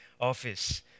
office